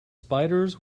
spiders